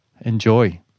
Enjoy